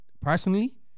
personally